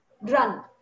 run